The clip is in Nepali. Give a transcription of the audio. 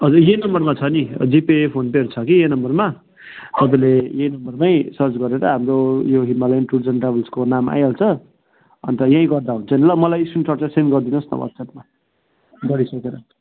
हजुर यही नम्बरमा छ नि जिपे फोनपेहरू छ कि यही नम्बरमा हजुरले यही नम्बरमै सर्च गरेर हाम्रो यो हिमालयन टुर्स एन्ड ट्राभल्सको नाम आइहाल्छ अन्त यही गर्दा हुन्छ नि ल मलाई स्क्रिनसट चाहिँ सेन्ड गरिदिनु होस् न वाट्सएपमा गरिसकेर